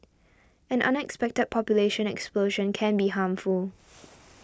an unexpected population explosion can be harmful